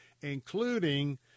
including